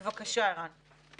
בבקשה, ערן.